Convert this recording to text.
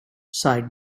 sighed